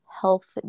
health